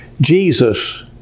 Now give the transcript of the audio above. Jesus